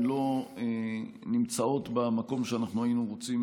לא נמצאות במקום שאנחנו היינו רוצים